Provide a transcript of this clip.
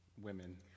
women